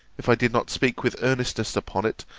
if i did not speak with earnestness upon it,